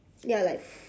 ya like